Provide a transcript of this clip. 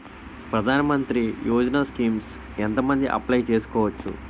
ప్రధాన మంత్రి యోజన స్కీమ్స్ ఎంత మంది అప్లయ్ చేసుకోవచ్చు?